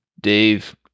Dave